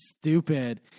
stupid